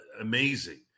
amazing